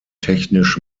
technisch